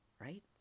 right